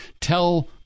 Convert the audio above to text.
tell